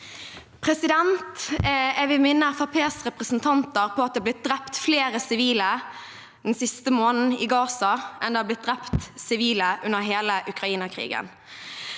Frem- skrittspartiets representanter på at det er blitt drept flere sivile den siste måneden i Gaza enn det har blitt drept sivile under hele Ukraina-krigen.